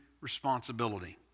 responsibility